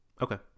Okay